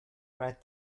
write